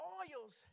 oils